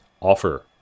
offer